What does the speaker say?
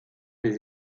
des